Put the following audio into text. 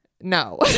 No